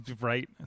right